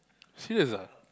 serious ah